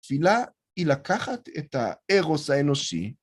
תפילה היא לקחת את הארוס האנושי.